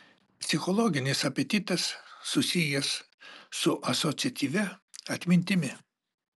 psichologinis apetitas susijęs su asociatyvia atmintimi